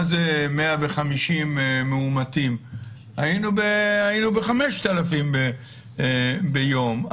מה זה 150 מאומתים כשהיינו ב-5,000 מאומתים ביום.